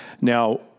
Now